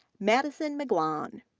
madison mcglaun,